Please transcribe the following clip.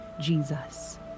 Jesus